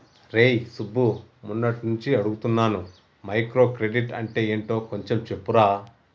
రేయ్ సుబ్బు, మొన్నట్నుంచి అడుగుతున్నాను మైక్రో క్రెడిట్ అంటే యెంటో కొంచెం చెప్పురా